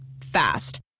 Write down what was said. Fast